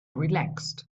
relaxed